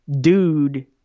dude